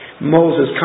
Moses